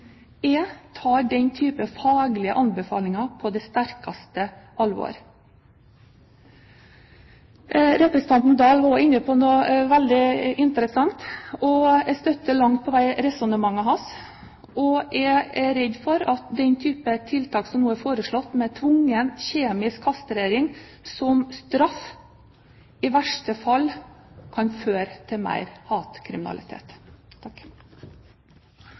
Jeg tar den typen faglige anbefalinger på det største alvor. Representanten Oktay Dahl var inne på noe veldig interessant, og jeg støtter langt på vei resonnementet hans. Jeg er redd for at den typen tiltak som nå er foreslått med tvungen kjemisk kastrering som straff, i verste fall kan føre til mer hatkriminalitet.